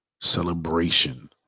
celebration